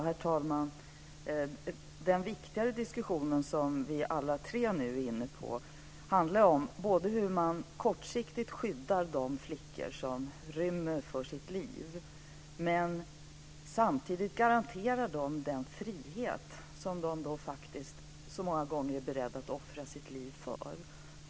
Herr talman! Den viktigare diskussion som vi alla tre nu är inne på handlar både om hur man kortsiktigt skyddar de flickor som rymmer för sitt liv och samtidigt om hur man garanterar dem den frihet som de i många fall faktiskt är beredda att offra sitt liv för.